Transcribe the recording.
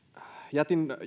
jätin